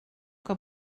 que